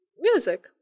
music